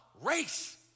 race